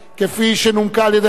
כפי שנומקה על-ידי חבר